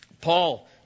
Paul